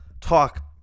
talk